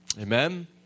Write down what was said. Amen